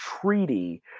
treaty